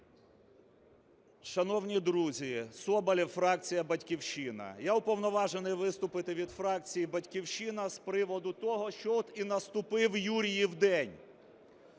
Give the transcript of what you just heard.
Шановні друзі, Соболєв, фракція "Батьківщина". Я уповноважений виступити від фракції "Батьківщина" з приводу того, що от і наступив Юріїв день,